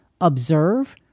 Observe